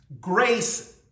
grace